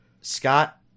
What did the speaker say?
Scott